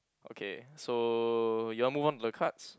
okay so you want move on to the cards